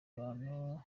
abantu